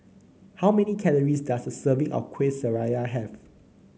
how many calories does a serving of Kuih Syara have